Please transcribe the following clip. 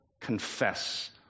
confess